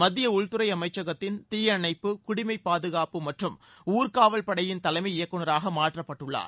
மத்திய உள்துறை அமைச்சகத்தின் தீயணைப்பு குடிமை பாதுகாப்பு மற்றும் ஊர்க்காவல் படையின் தலைமை இயக்குநராக மாற்றப்பட்டுள்ளார்